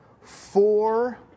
four